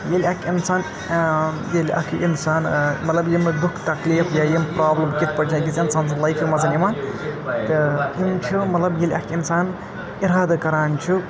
ییٚلہِ اَکہِ اِنسان ییٚلہِ اَکھ انسان مَطلَب یِمَن دُکھ تکلِیٖف یا یِم پرابلِم کِتھ پٲٹھۍ ہیٚکہِ اِنسان سٕنٛز لایِفہِ منٛز یِتھ تہٕ یِم چھِ مَطلَب یِیٚلہِ اَکھ اِنسان اِرادٕ کران چِھُ